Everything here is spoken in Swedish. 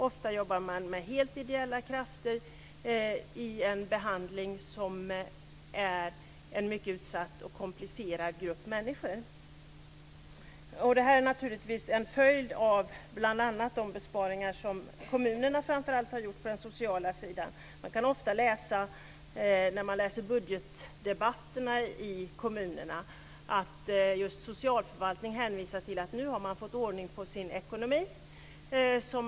Ofta jobbar man med helt ideella krafter i en behandling av en mycket utsatt och komplicerad grupp människor. Det här är naturligtvis en följd av bl.a. de besparingar som kommunerna har gjort på framför allt den sociala sidan. Man kan ofta se när man läser protokoll från budgetdebatterna i kommunerna att just socialförvaltningen hänvisar till att man nu har fått ordning på sin ekonomi.